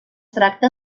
tracta